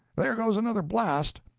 there goes another blast.